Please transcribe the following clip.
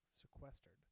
sequestered